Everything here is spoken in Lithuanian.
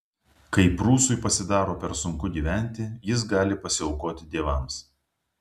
kai prūsui pasidaro per sunku gyventi jis gali pasiaukoti dievams